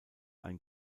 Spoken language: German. ein